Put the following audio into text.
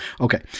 Okay